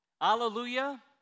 hallelujah